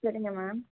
சரிங்க மேம்